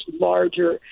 larger